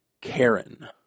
Karen